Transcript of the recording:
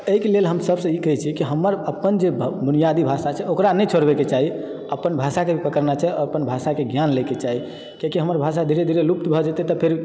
एहिके लेल हम सभसँ ई कहय छियै कि हमर अपन जे बुनियादी भाषा छै ओकरा नहि छोड़बाक चाही अपन भाषाके पकड़ना छै अपन भाषाके ज्ञान लयके चाही किआकि हमर भाषा धीरे धीरे लुप्त भए जेतय तऽ फेर